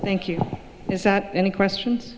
thank you is that any question